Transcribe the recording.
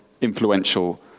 influential